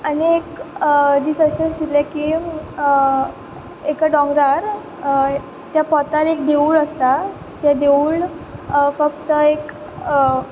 आनी एक दीस आशें आशिल्लें की एका डोंगरार त्या पोंतार एक देवूळ आसता तें देवूळ फक्त एक